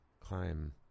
climb